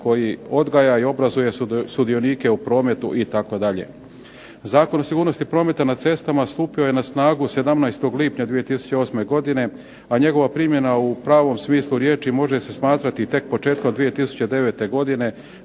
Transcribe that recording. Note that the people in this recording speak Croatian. koji odgaja i obrazuje sudionike u prometu itd. Zakon o sigurnosti prometa na cestama stupio je na snagu 17. lipnja 2008. godine, a njegova primjena u pravom smislu riječi može se smatrati tek početkom 2009. godine